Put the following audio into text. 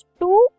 two